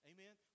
Amen